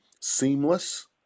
seamless